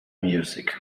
music